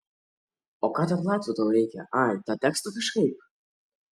o ką ten latvių tau reikia ai tą tekstą kažkaip